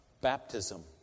baptism